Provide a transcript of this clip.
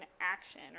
action